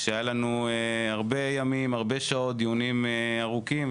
היו לנו הרבה ימים ושעות של דיונים ארוכים.